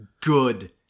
good